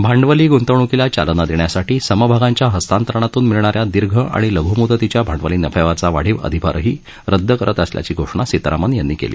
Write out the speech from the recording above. भांडवली ग्ंतवणूकीला चालना दप्नयासाठी समभागांच्या हस्तांतरणातून मिळणाऱ्या दीर्घ आणि लघ् मुदतीच्या भांडवली नफ्यावरचा वाढीव अधिभारही रदद करत असल्याची घोषणा सितारमण यांनी काली